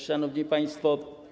Szanowni Państwo!